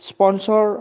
Sponsor